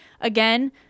again